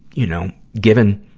you know, given,